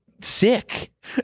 sick